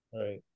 Right